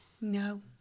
No